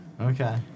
Okay